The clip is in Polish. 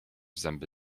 zęby